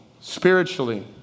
spiritually